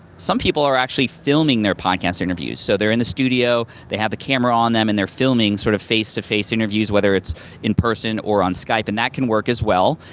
some people are actually filming their podcast interviews, so they're in the studio, they have the camera on them, and they're filming sort of face-to-face interviews, whether it's in person or on skype, and that can work as well.